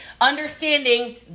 Understanding